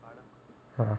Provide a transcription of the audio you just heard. ha ha